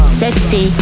sexy